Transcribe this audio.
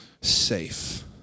safe